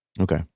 Okay